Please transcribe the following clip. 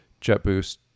JetBoost